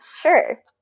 sure